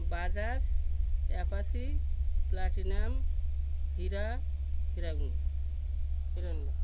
Bajaj apache Platina Hero Honda